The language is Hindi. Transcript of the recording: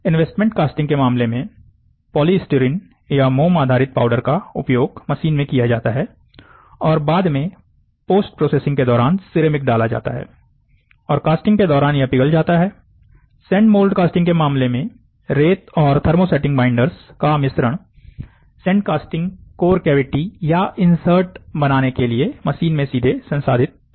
इन्वेस्टमेंट कास्टिंग के मामले में पॉलीस्टीरीन या मोम आधारित पाउडर का उपयोग मशीन में किया जाता है और बाद में पोस्ट प्रोसेसिंग के दौरान सिरेमिक डाला जाता है और कास्टिंग के दौरान यह पिघल जाता है सैंड मोल्ड कास्टिंग के मामले में रेत और थर्मोसेटिंग बाइंडर्स का मिश्रण सैंड कास्टिंग कोर कैविटी या इंसर्ट बनाने के लिए मशीन में सीधे संसाधित होता है